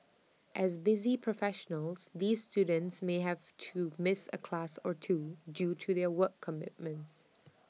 as busy professionals these students may have to miss A class or two due to their work commitments